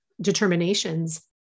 determinations